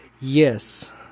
Yes